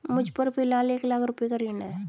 मुझपर फ़िलहाल एक लाख रुपये का ऋण है